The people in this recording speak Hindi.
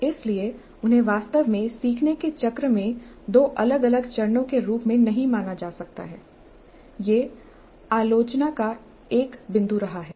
इसलिए उन्हें वास्तव में सीखने के चक्र में दो अलग अलग चरणों के रूप में नहीं माना जा सकता है यह आलोचना का एक बिंदु रहा है